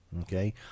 okay